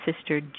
Sister